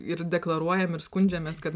ir deklaruojam ir skundžiamės kad